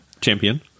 champion